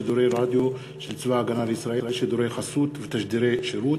שידורי רדיו של צבא הגנה לישראל (שידורי חסות ותשדירי שירות)